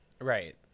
right